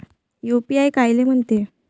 UPI कायले म्हनते?